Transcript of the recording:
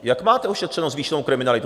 Jak máte ošetřenou zvýšenou kriminalitu?